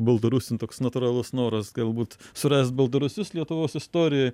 baltarusiam toks natūralus noras galbūt surast baltarusius lietuvos istorijoj